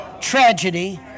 tragedy